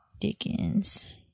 Dickens